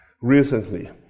recently